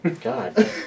God